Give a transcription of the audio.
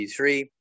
D3